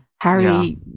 Harry